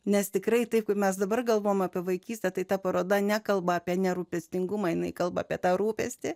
nes tikrai taip mes dabar galvojame apie vaikystę tai ta paroda nekalba apie nerūpestingumą jinai kalba apie tą rūpestį